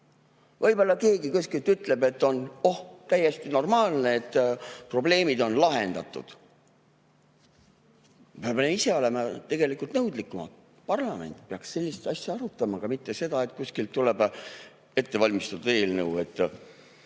Võib-olla keegi kuskil ütleb, et on täiesti normaalne, probleemid on lahendatud. Me peame ise olema tegelikult nõudlikumad. Parlament peaks sellist asja arutama, aga mitte nii, et kuskilt tuleb ettevalmistatud eelnõu, et